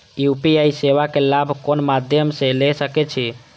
UPI सेवा के लाभ कोन मध्यम से ले सके छी?